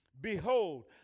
Behold